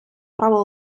право